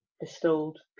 distilled